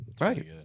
right